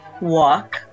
Walk